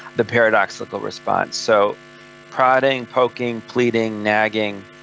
the paradoxical response. so prodding, poking, pleading, nagging,